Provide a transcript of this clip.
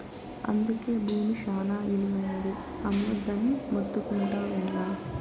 అందుకే బూమి శానా ఇలువైనది, అమ్మొద్దని మొత్తుకుంటా ఉండ్లా